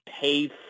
pay